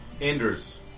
Anders